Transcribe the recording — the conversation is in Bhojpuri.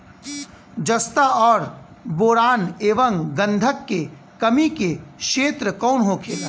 जस्ता और बोरान एंव गंधक के कमी के क्षेत्र कौन होखेला?